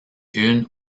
une